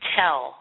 tell